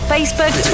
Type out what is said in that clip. Facebook